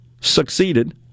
succeeded